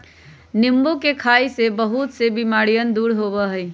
नींबू के खाई से बहुत से बीमारियन दूर होबा हई